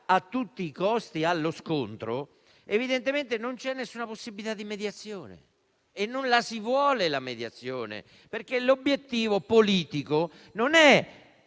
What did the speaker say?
a tutti i costi, evidentemente non c'è nessuna possibilità di mediazione. Non la si vuole la mediazione, perché l'obiettivo politico non è